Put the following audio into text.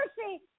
mercy